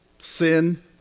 Sin